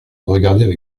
regardaient